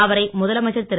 அவரை முதலமைச்சர் திரு